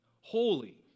Holy